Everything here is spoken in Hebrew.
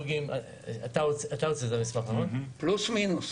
פלוס מינוס.